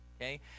okay